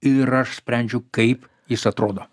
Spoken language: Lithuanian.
ir aš sprendžiu kaip jis atrodo